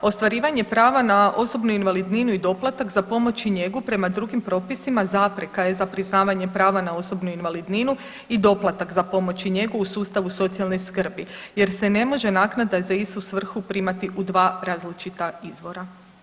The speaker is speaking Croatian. Ostvarivanje prava na osobnu invalidninu i doplatak za pomoć i njegu prema drugim propisima zapreka je za priznavanje prava na osobnu invalidninu i doplatak za pomoć i njegu u sustavu socijalne skrbi jer se ne može naknada za istu svrhu primati u dva različita izvora.